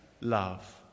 love